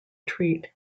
treat